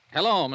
Hello